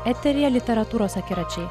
eteryje literatūros akiračiai